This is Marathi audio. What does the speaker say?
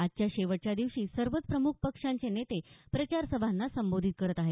आजच्या शेवटच्या दिवशी सर्वच प्रम्ख पक्षाचे नेते प्रचारसभांना संबोधित करत आहेत